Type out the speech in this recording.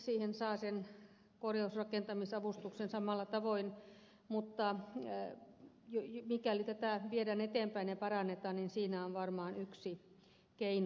siihen saa sen korjausrakentamisavustuksen samalla tavoin mutta mikäli tätä viedään eteenpäin ja parannetaan niin siinä on varmaan yksi keino